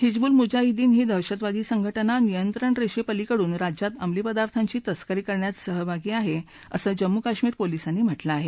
हिजबूल मुजाहिद्दीन ही दहशतवादी संघटना नियंत्रण रेषेपलिकडून राज्यांत अमलीपदार्थांची तस्करी करण्यातही सहभागी आहे असं जम्मू कश्मीर पोलिसांनी म्हटलं आहे